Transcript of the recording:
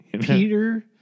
Peter